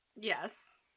yes